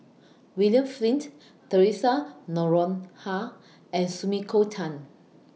William Flint Theresa Noronha and Sumiko Tan